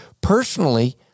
personally